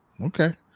Okay